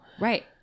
Right